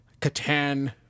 Catan